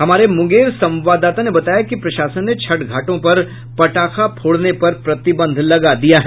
हमारे मुंगेर संवाददाता ने बताया कि प्रशासन ने छठ घाटों पर पटाखा फोड़ने पर प्रतिबंध लगा दिया है